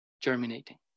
germinating